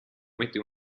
mette